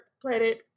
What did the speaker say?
planet